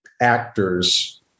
actor's